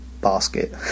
basket